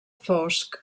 fosc